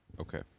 Okay